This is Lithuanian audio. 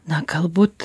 na galbūt